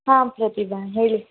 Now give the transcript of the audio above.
ಹಾಂ ಪ್ರತಿಭಾ ಹೇಳಿ